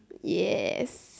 yes